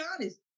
honest